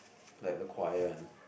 like the choir and